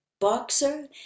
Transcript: Boxer